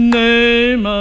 name